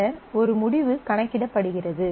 பின்னர் ஒரு முடிவு கணக்கிடப்படுகிறது